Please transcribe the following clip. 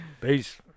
Peace